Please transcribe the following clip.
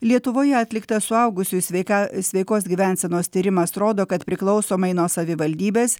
lietuvoje atliktas suaugusiųjų sveika sveikos gyvensenos tyrimas rodo kad priklausomai nuo savivaldybės